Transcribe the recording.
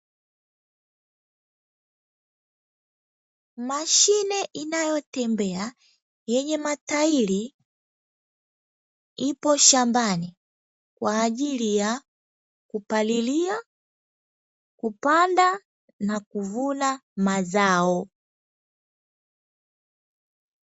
Mashine inayotembea yenye matairi ipo shambani kwa ajili ya kupalilia, kupanda na kuvuna mazao.